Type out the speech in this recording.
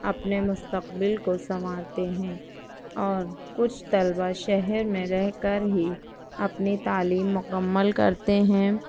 اپنے مستقبل کو سنوارتے ہیں اور کچھ طلبا شہر میں رہ کر ہی اپنی تعلیم مکمل کرتے ہیں